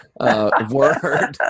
word